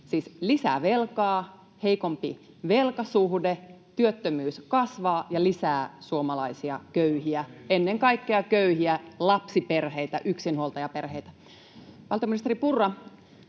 lisää velkaa, heikompi velkasuhde, työttömyys kasvaa ja lisää suomalaisia köyhiä — ennen kaikkea köyhiä lapsiperheitä, yksinhuoltajaperheitä. Valtiovarainministeri Purra,